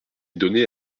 donné